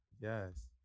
Yes